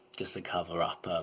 just to cover up, um,